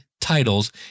Titles